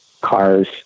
cars